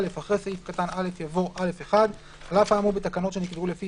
(א)אחרי סעיף קטן (א) יבוא: "(א1)על אף האמור בתקנות שנקבעו לפי